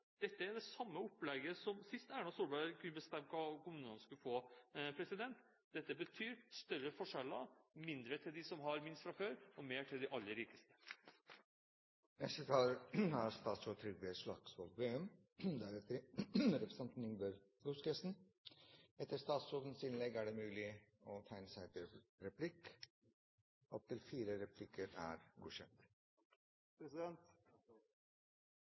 Dette er det samme opplegget som sist Erna Solberg kunne bestemme hva kommunene skulle få. Dette betyr større forskjeller, mindre til dem som har minst fra før, og mer til de aller rikeste. Norsk landbruk er unikt. Landet vårt er unikt. Det er kaldt, det er langt, og det er bratt her. Det er krevende å